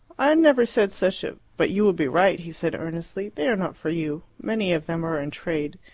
i never said such a but you would be right, he said earnestly. they are not for you. many of them are in trade,